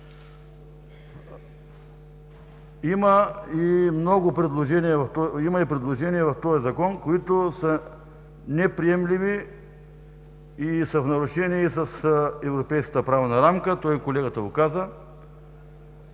Има и предложения в този Закон, които са неприемливи и са в нарушение с европейската правна рамка. Колегата го каза